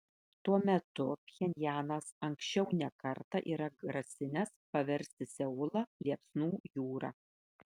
tuo metu pchenjanas anksčiau ne kartą yra grasinęs paversti seulą liepsnų jūra